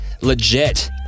legit